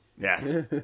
yes